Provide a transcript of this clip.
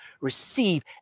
receive